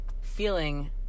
feeling